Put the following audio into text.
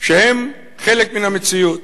שהם חלק מן המציאות.